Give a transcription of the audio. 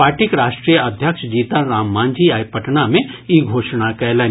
पार्टीक राष्ट्रीय अध्यक्ष जीतनराम मांझी आइ पटना मे ई घोषणा कयलनि